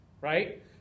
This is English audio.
right